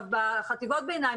הם עושים את זה כבר בחטיבות הביניים,